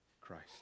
Christ